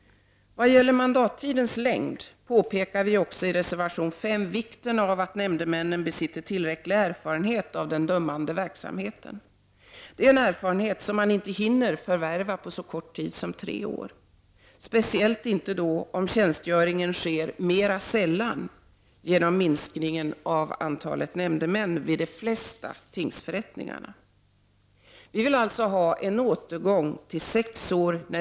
Vad gäller mandattidens längd framhåller vi i reservation 5 vikten av att nämndemännen besitter tillräcklig erfarenhet av dömande verksamhet — en erfarenhet som man inte hinner förvärva på så kort tid som tre år, speciellt inte om tjänstgöringen sker mera sällan till följd av minskningen av antalet nämndemän vid de flesta tingsförrättningarna. Vi vill alltså ha en återgång till sex år.